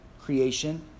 creation